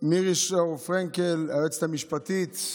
למירי שור פרנקל, היועצת המשפטית,